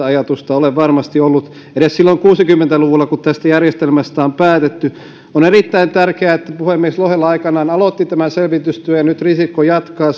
ajatusta ole varmasti ollut edes silloin kuusikymmentä luvulla kun tästä järjestelmästä on päätetty on erittäin tärkeää että puhemies lohela aikanaan aloitti tämän selvitystyön ja nyt risikko jatkaa